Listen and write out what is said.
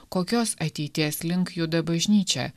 kokios ateities link juda bažnyčia